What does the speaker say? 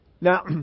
Now